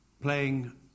playing